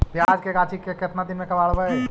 प्याज के गाछि के केतना दिन में कबाड़बै?